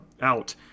out